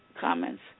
comments